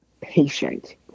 patient